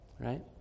Right